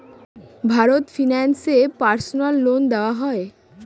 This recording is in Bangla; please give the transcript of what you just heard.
ভারত ফাইন্যান্স এ পার্সোনাল লোন দেওয়া হয়?